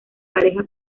pareja